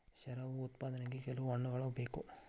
ಶರಾಬು ಉತ್ಪಾದನೆಗೆ ಕೆಲವು ಹಣ್ಣುಗಳ ಬೇಕು